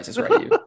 right